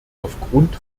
aufgrund